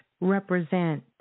represent